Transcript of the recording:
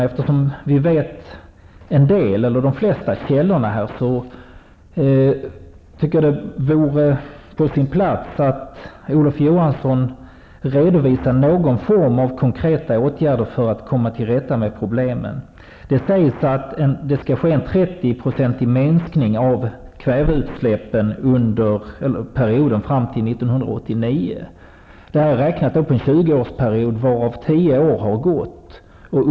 Eftersom vi känner till de flesta av källorna vore det på sin plats att Olof Johansson redovisade någon form av konkreta åtgärder för att komma till rätta med problemen. Det sägs att det skall ske en 30 procentig minskning av kväveoxidutsläppen under perioden 1980--1998. Det är räknat på en tjugoårsperiod, varav tio år redan har gått.